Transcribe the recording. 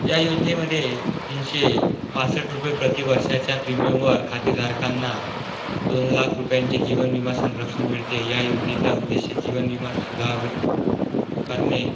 या योजनेमध्ये तीनशे पासष्ठ रुपये प्रतिवर्षाच्या प्रीमियमवर खातेधारकांना दोन लाख रुपयांचे जीवन विमा संरक्षण मिळते या योजनेचा उद्देश जीवन विमा सुधार करणे